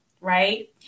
right